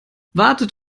wartet